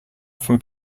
from